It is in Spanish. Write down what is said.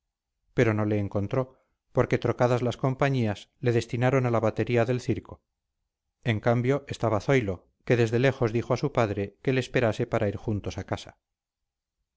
pero no le encontró porque trocadas las compañías le destinaron a la batería del circo en cambio estaba zoilo que desde lejos dijo a su padre que le esperase para ir juntos a casa